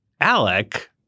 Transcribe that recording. ALEC